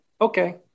Okay